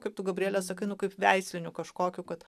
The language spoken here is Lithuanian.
kaip tu gabriele sakai nu kaip veisliniu kažkokiu kad